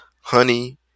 honey